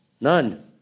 none